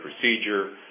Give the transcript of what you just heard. procedure